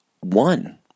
one